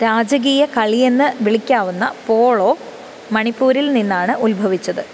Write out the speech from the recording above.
രാജകീയ കളിയെന്ന് വിളിക്കാവുന്ന പോളോ മണിപ്പൂരിൽ നിന്നാണ് ഉത്ഭവിച്ചത്